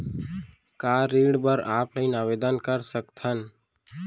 का ऋण बर ऑफलाइन आवेदन कर सकथन?